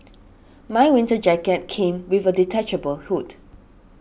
my winter jacket came with a detachable hood